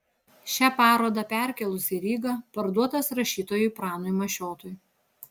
šią parodą perkėlus į rygą parduotas rašytojui pranui mašiotui